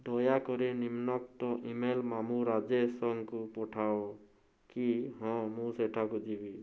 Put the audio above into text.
ଦୟାକରି ନିମ୍ନୋକ୍ତ ଇମେଲ ମାମୁଁ ରାଜେଶଙ୍କୁ ପଠାଅ କି ହଁ ମୁଁ ସେଠାକୁ ଯିବି